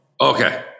Okay